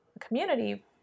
community